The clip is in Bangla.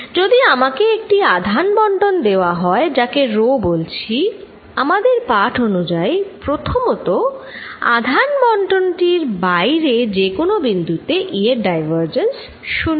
যদি আমাকে একটি আধান বণ্টন দেওয়া হয় যাকে রো বলছি আমাদের পাঠ অনুযায়ী প্রথমত আধান বন্টনটির বাইরে যে কোন বিন্দু তে E এর ডাইভারজেন্স শুন্য